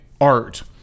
art